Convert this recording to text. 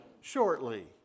shortly